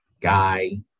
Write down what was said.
guy